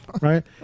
right